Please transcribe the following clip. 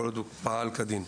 כל עוד הוא פעל כדין.